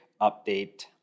update